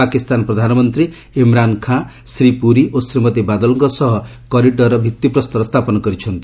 ପାକିସ୍ତାନ ପ୍ରଧାନମନ୍ତ୍ରୀ ଇମ୍ରାନ୍ ଖାଁ ଶ୍ରୀ ପୁରୀ ଓ ଶ୍ରୀମତୀ ବାଦଲଙ୍କ ସହ କରିଡରର ଭିତ୍ତିପ୍ରସ୍ତର ସ୍ଥାପନ କରିଛନ୍ତି